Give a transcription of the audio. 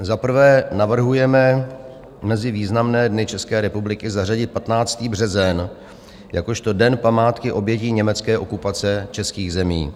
Za prvé, navrhujeme mezi významné dny České republiky zařadit 15. březen jakožto Den památky obětí německé okupace českých zemí.